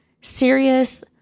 serious